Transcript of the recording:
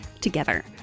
together